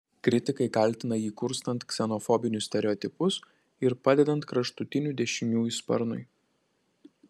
kritikai kaltina jį kurstant ksenofobinius stereotipus ir padedant kraštutinių dešiniųjų sparnui